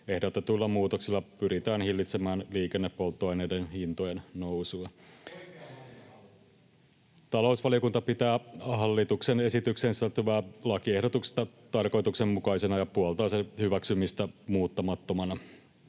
Ehdotetuilla muutoksilla pyritään hillitsemään liikennepolttoaineiden hintojen nousua. Talousvaliokunta pitää hallituksen esitykseen sisältyvää lakiehdotusta tarkoituksenmukaisena ja puoltaa sen hyväksymistä muuttamattomana.